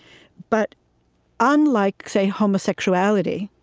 but unlike, say, homosexuality,